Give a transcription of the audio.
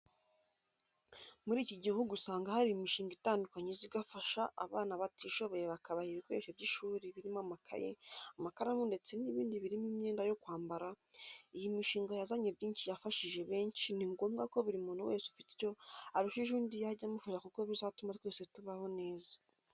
Muri iki gihugu usanga hari imishinga itandukanye iza igafasha abana batishoboye bakabaha ibikoresho by'ishuri birimo amakayi, amakaramu ndetse n'ibindi birimo imyenda yo kwambara, iyi mishinga yazanye byinshi yafashije benshi ni ngombwa ko buri muntu wese ufite icyo arushije undi yajya amufasha kuko bizatuma twese tubaho neza.